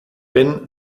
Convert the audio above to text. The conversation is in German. wenn